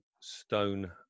stone